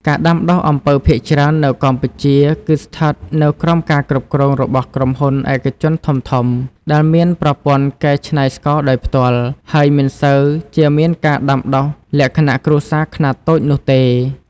ការដាំដុះអំពៅភាគច្រើននៅកម្ពុជា គឺស្ថិតនៅក្រោមការគ្រប់គ្រងរបស់ក្រុមហ៊ុនឯកជនធំៗ ដែលមានប្រព័ន្ធកែច្នៃស្ករដោយផ្ទាល់ ហើយមិនសូវជាមានការដាំដុះលក្ខណៈគ្រួសារខ្នាតតូចនោះទេ។